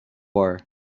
are